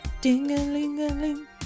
Ding-a-ling-a-ling